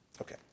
Okay